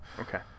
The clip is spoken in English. okay